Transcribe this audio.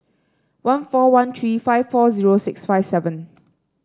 one four one three five four zero six five seven